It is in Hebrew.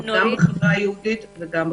גם בחברה היהודית וגם בערבית.